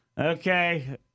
okay